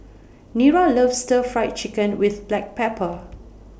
Nira loves Stir Fry Chicken with Black Pepper